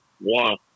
One